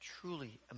truly